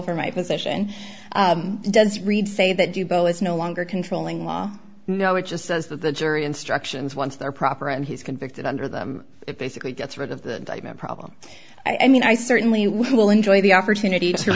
for my position does reed say that you go is no longer controlling ma no it just says that the jury instructions once they're proper and he's convicted under them it basically gets rid of the problem i mean i certainly will enjoy the opportunity to